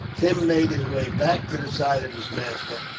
tim made his way back to the side of his master.